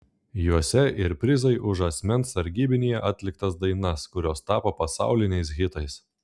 juose ir prizai už asmens sargybinyje atliktas dainas kurios tapo pasauliniais hitais